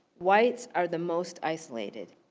whites are the most isolated.